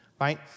right